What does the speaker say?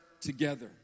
together